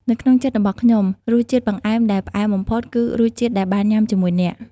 នៅក្នុងចិត្តរបស់ខ្ញុំ រសជាតិបង្អែមដែលផ្អែមបំផុត គឺរសជាតិដែលបានញ៉ាំជាមួយអ្នក។